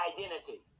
identity